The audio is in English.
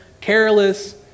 careless